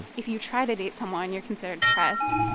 if you try to date someone, you're considered pressed.